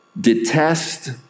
detest